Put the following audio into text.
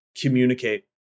communicate